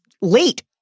late